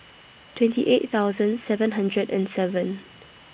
twenty eight thousand seven hundred and seven